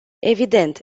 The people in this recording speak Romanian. evident